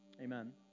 Amen